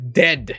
dead